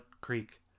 Creek